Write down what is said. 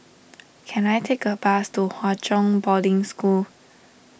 can I take a bus to Hwa Chong Boarding School